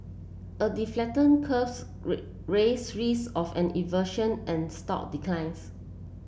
a the flattening curve raises risks of an inversion and stock declines